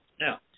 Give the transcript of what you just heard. Now